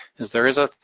is there is a